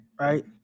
right